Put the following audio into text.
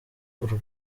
urwo